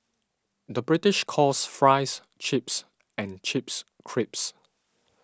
the British calls Fries Chips and Chips Crisps